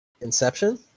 Inception